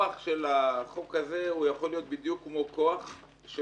הכוח של החוק הזה יכול להיות בדיוק אותו כוח כמו